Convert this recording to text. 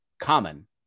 common